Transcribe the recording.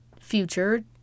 future